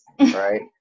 right